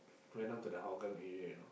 went up to the Hougang area you know